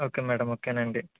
okay madam ఓకేనండీ